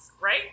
right